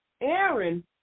Aaron